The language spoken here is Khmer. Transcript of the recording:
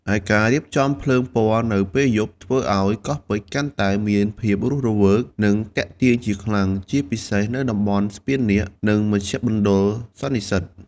ឯការរៀបចំភ្លើងពណ៌នៅពេលយប់ធ្វើឱ្យកោះពេជ្រកាន់តែមានភាពរស់រវើក និងទាក់ទាញជាខ្លាំង ជាពិសេសនៅតំបន់ស្ពាននាគ និងមជ្ឈមណ្ឌលសន្និសីទ។